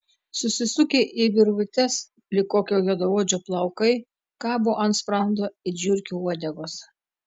susisukę į virvutes lyg kokio juodaodžio plaukai kabo ant sprando it žiurkių uodegos